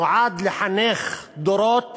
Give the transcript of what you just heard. שנועד לחנך דורות